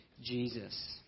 Jesus